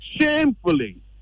shamefully